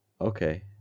Okay